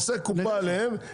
עושה קופה עליהם,